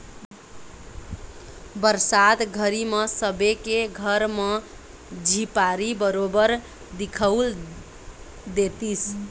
बरसात घरी म सबे के घर म झिपारी बरोबर दिखउल देतिस